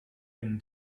been